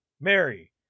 Mary